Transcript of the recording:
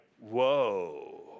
whoa